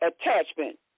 Attachment